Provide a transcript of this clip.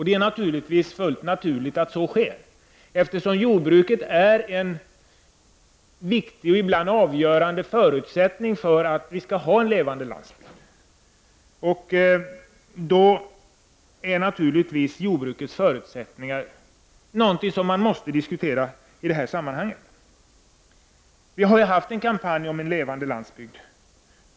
Det är naturligtvis fullt naturligt att så sker, eftersom jordbruket är en viktig och ibland avgörande förutsättning för en levande landsbygd. Då är naturligtvis jordbrukets förutsättningar något som måste diskuteras i detta sammanhang. Vi har ju haft en kampanj om en levande landsbygd.